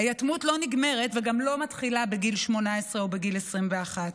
היתמות לא נגמרת וגם לא מתחילה בגיל 18 או בגיל 21,